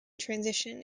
transition